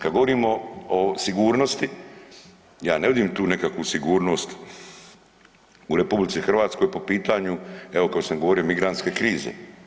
Kad govorimo o sigurnosti, ja ne vidim tu nekakvu sigurnost u RH po pitanju evo kako sam govorio migrantske krize.